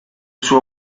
suo